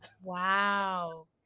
Wow